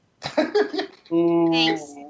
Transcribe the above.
Thanks